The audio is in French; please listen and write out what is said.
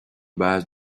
basse